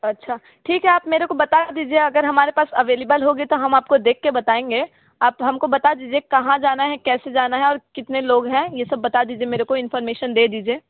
अच्छा ठीक है आप मेरे को बता दीजिए अगर हमारे पास अवेलेबल होगी तो हम आपको देख कर बताएंगे आप हम को बता दीजिए कहाँ जाना है कैसे जाना है और कितने लोग हैं ये सब बता दीजिए मेरे को इंफौरमेशन दे दीजिए